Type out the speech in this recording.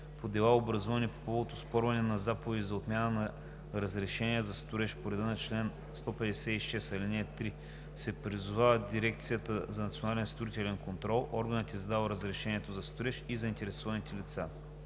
по дела, образувани по повод оспорване на заповеди за отмяна на разрешения за строеж по реда на чл. 156, ал. 3, се призовават Дирекцията за национален строителен контрол, органът, издал разрешението за строеж и заинтересуваните лица.“